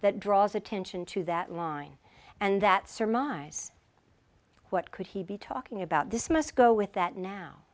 that draws attention to that line and that surmise what could he be talking about this must go with that now